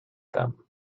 them